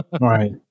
Right